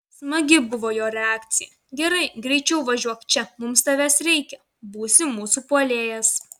smagi buvo jo reakcija gerai greičiau važiuok čia mums tavęs reikia būsi mūsų puolėjas